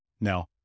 Now